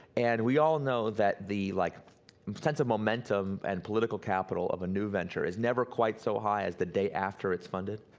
and we all know that the like um sense of momentum and political capital of a new venture is never quite so high as the day after it's funded.